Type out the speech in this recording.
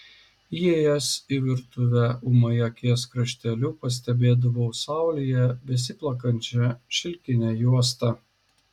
įėjęs į virtuvę ūmai akies krašteliu pastebėdavau saulėje besiplakančią šilkinę juostą